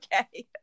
okay